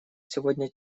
сегодня